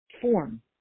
form